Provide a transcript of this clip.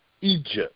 Egypt